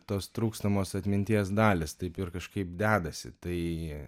tos trūkstamos atminties dalys taip ir kažkaip dedasi tai